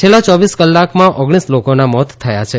છેલ્લાં યોવીસ કલાકમાં ઓગણીસ લોકોના મોત થાય છે